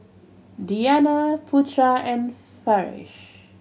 Diyana Putera and Farish